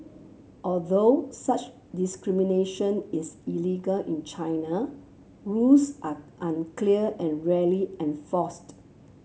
although such discrimination is illegal in China rules are unclear and rarely enforced